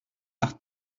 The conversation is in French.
par